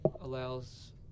allows